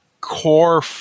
core